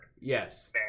Yes